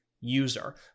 user